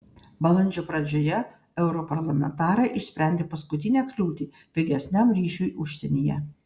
balandžio pradžioje europarlamentarai išsprendė paskutinę kliūtį pigesniam ryšiui užsienyje